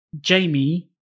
Jamie